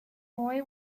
boy